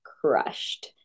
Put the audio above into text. crushed